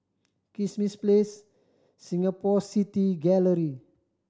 Kismis Place Singapore City Gallery